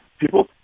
people